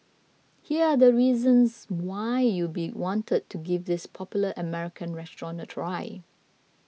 here are the reasons why you'd want to give this popular American restaurant a try